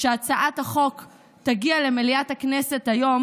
שהצעת החוק תגיע למליאת הכנסת היום